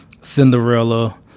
Cinderella